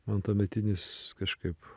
man tuometinis kažkaip